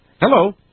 Hello